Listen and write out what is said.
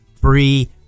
Free